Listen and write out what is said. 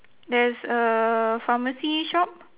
there's a pharmacy shop